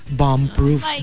bomb-proof